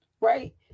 right